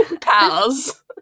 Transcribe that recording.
Pals